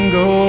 go